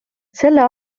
selle